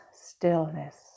stillness